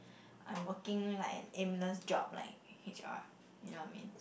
I'm working like an aimless job like H_R you know what I mean